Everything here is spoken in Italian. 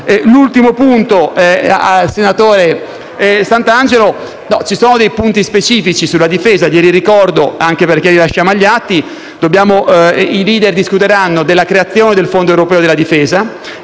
infine, al senatore Santangelo. Ci sono dei punti specifici sulla difesa. Li ricordo anche per lasciarli agli atti: i *leader* discuteranno della creazione del Fondo europeo della difesa